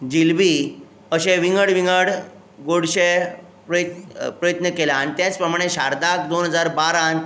जेलबी अशे विंगड विंगड गोडशे प्रयत्न केला आनी तेच प्रमाणे शारदाक दोन हजार बारांत